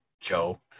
Joe